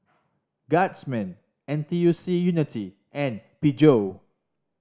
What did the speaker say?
Guardsman N T U C Unity and Peugeot